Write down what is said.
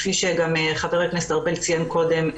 כפי שגם חבר הכנסת ארבל ציין קודם,